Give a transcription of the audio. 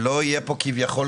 שלא יהיה פה כיסוי כביכול,